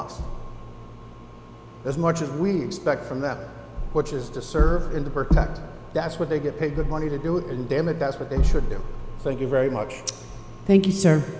us as much as we expect from that which is to serve in the work that that's what they get paid the money to do it and dammit that's what they should do thank you very much thank you s